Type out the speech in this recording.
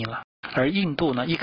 you you